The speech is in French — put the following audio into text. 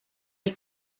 est